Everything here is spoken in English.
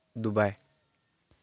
Dubai